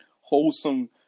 wholesome